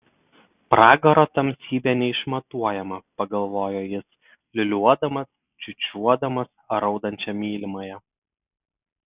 pragaro tamsybė neišmatuojama pagalvojo jis liūliuodamas čiūčiuodamas raudančią mylimąją